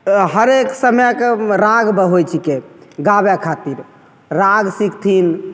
हरेक समयके राग होइ छिकै गावय खातिर राग सीखथिन